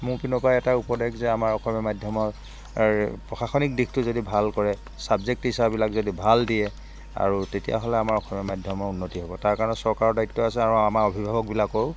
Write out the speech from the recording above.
মোৰ পিনৰ পা এটাই উপদেশ যে আমাৰ অসমীয়া মাধ্যমৰ প্ৰশাসনিক দিশটো যদি ভাল কৰে ছাবজেক্ট টিচাৰবিলাক যদি ভাল দিয়ে আৰু তেতিয়াহ'লে আমাৰ অসমীয়া মাধ্যমৰ উন্নতি হ'ব তাৰ কাৰণে চৰকাৰৰ দায়িত্ব আছে আৰু আমাৰ অভিভাৱকবিলাকৰো